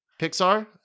Pixar